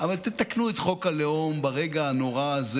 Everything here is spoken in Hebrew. אבל תתקנו את חוק הלאום ברגע הנורא הזה